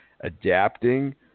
adapting